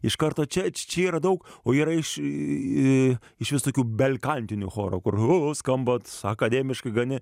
iš karto čia čia yra daug o yra iš į iš visokių belkantinių chorų kur skambant akademiškai ganė